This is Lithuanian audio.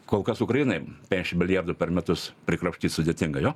kol kas ukrainai penešim milijardų per metus prikrapštyt sudėtinga jo